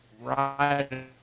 ride